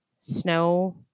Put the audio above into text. snow